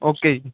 okay ਜੀ